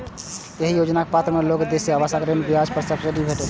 एहि योजनाक पात्र लोग कें देय आवास ऋण ब्याज पर सब्सिडी भेटै छै